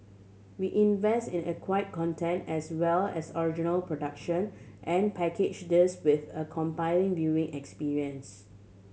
we invest in an acquire content as well as original production and package this with a compelling viewing experience